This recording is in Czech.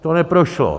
To neprošlo.